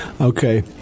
Okay